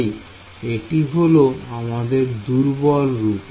তাই এটি হলো আমাদের দুর্বল রূপ